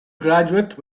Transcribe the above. graduate